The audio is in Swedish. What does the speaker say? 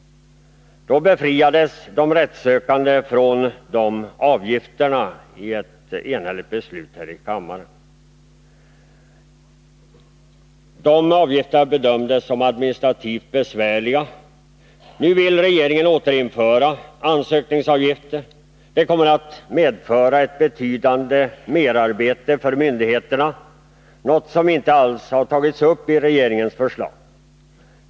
Då befriades de rättssökande från dessa avgifter genom ett enhälligt beslut här i kammaren. Avgifterna bedömdes då som administrativt besvärliga. Nu vill regeringen återinföra ansökningsavgifter. Det kommer att medföra ett betydande merarbete för myndigheterna — något som inte alls har tagits upp i regeringens förslag.